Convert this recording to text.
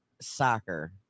soccer